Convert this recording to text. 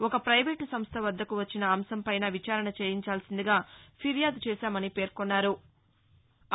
ఒక పైవేటు సంస్ట వద్దకు వచ్చిన అంశంపైనా విచారణ చేయాల్సిందిగా ఫిర్యాదు చేశామన్నారు